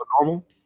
Normal